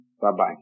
Bye-bye